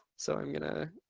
so i'm gonna.